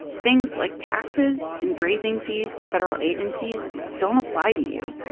things like taxes and grazing fees to federal agencies don't apply to you